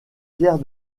pierre